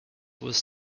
was